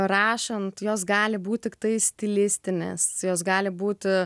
rašant jos gali būt tiktai stilistinės jos gali būt